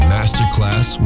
Masterclass